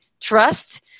trust